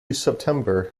september